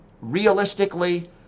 realistically